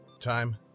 time